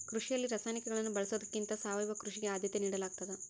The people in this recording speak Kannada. ಕೃಷಿಯಲ್ಲಿ ರಾಸಾಯನಿಕಗಳನ್ನು ಬಳಸೊದಕ್ಕಿಂತ ಸಾವಯವ ಕೃಷಿಗೆ ಆದ್ಯತೆ ನೇಡಲಾಗ್ತದ